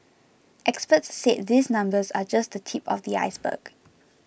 experts said these numbers are just the tip of the iceberg